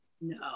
No